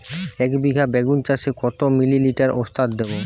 একবিঘা বেগুন চাষে কত মিলি লিটার ওস্তাদ দেবো?